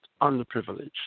underprivileged